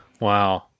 Wow